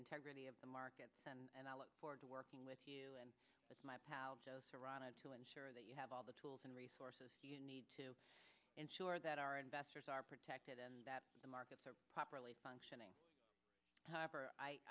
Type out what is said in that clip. integrity of the markets and i look forward to working with you as my pal joe serrano to ensure that you have all the tools and resources you need to ensure that our investors are protected and that the markets are properly functioning however